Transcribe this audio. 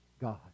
God